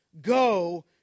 go